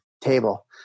table